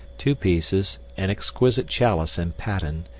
two pieces, an exquisite chalice and paten,